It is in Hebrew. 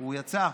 הוא יצא?